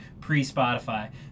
pre-Spotify